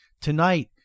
Tonight